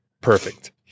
Perfect